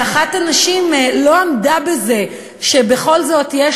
שאחת הנשים לא עמדה בזה שבכל זאת יש